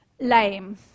lame